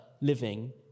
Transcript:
living